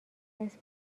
اسم